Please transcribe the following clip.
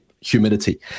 humidity